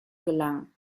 gelangen